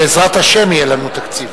בעזרת השם יהיה לנו תקציב.